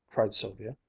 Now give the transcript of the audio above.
cried sylvia,